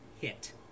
hit